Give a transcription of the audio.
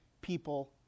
people